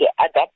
adapt